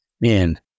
Man